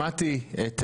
שמעתי את